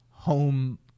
home